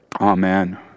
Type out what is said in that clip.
Amen